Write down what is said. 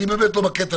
אני באמת לא בקטע,